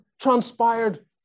transpired